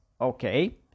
Okay